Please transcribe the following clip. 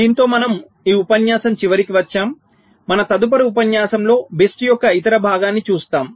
దీనితో మనము ఈ ఉపన్యాసం చివరికి వచ్చాము మన తదుపరి ఉపన్యాసంలో BIST యొక్క ఇతర భాగాన్ని చూస్తాము